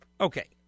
Okay